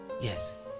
yes